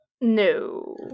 No